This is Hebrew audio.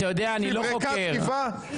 שביימה תקיפה?